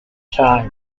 time